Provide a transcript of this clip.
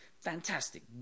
Fantastic